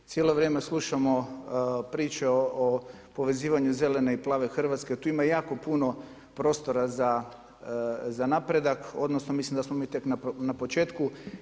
Cijelo vrijeme slušamo priče o povezivanju Zelene i Plave Hrvatske, tu ima jako puno prostora za napredak, odnosno mislim da smo mi tek na početku.